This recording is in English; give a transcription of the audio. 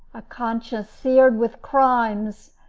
a conscience seared with crimes,